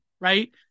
Right